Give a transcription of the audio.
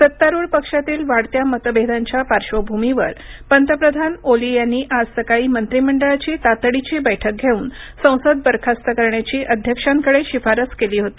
सत्तारुढ पक्षातील वाढत्या मतभेदांच्या पाश्र्वभूमीवर पंतप्रधान ओली यांनी आज सकाळी मंत्रिमंडळाची तातडीची बैठक घेऊन संसद बरखास्त करण्याची अध्यक्षांकडे शिफारस केली होती